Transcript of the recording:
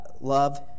love